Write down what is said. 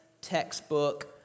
textbook